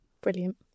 brilliant